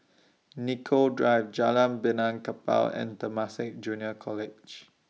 Nicoll Drive Jalan Benaan Kapal and Temasek Junior College